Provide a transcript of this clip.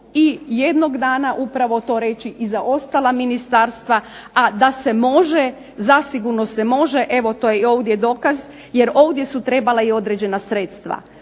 i jednog dana upravo to reći za ostala ministarstva, a da se može, zasigurno se može, to je ovdje dokaz jer ovdje su trebala određena sredstva.